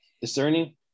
Discerning